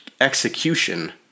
execution